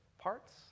parts